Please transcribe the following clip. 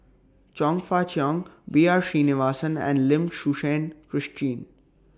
Chong Fah Cheong B R Sreenivasan and Lim Suchen Christine